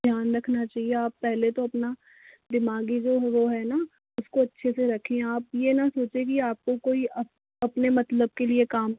ध्यान रखना चाहिए आप पहले तो अपना दिमागी ही जो वो है ना उसको अच्छे से रखिए आप ये ना सोचे की आपको कोई अपने मतलब के लिए काम